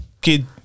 Kid